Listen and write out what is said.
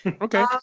Okay